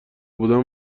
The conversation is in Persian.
بودن